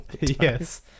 Yes